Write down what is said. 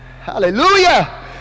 Hallelujah